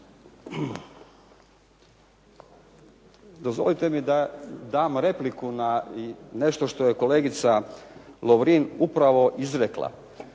Dozvolite mi da dam repliku na nešto što je kolegica Lovrin upravo izrekla.